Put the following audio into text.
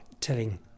telling